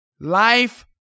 life